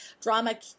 drama